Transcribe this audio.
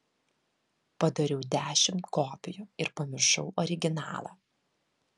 padariau dešimt kopijų ir pamiršau originalą